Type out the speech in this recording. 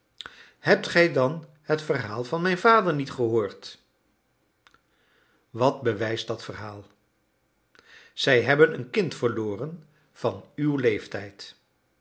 hebt gij dan het verhaal van mijn vader niet gehoord wat bewijst dat verhaal zij hebben een kind verloren van uw leeftijd